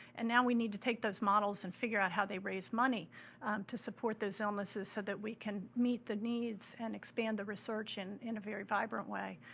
and now we need to take those models and figure out how they raise money to support those illnesses so that we can meet the needs and expand the research in in a very vibrant way.